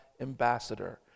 ambassador